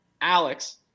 Alex